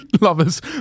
lovers